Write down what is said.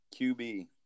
QB